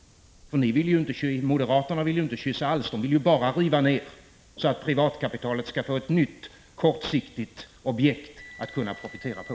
Moderaterna vill ju inte kyssa alls, de vill ju bara riva ner så att privatkapitalet skall få ett nytt kortsiktigt objekt att profitera på.